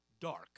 dark